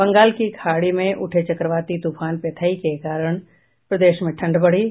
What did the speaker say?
बंगाल की खाड़ी में उठे चक्रवाती तूफान पेथाई के कारण प्रदेश में ठंड बढ़ी